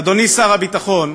אדוני שר הביטחון,